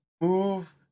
move